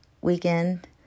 weekend